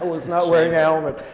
was not wearing a helmet.